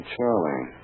Charlie